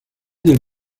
del